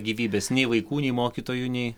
gyvybės nei vaikų nei mokytojų nei